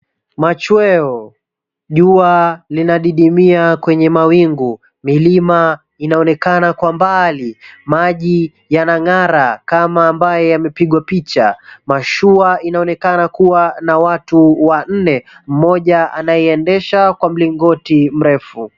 Machweo, jua lina didimia kwenye mawingu, milima inaokana kwa mbali, maji yanang'ara kama ambaye yamepigwa picha, mashua inaonekana kukuwa na watu wanne, mmoja anayeendesha kwa mlingoti mrefu.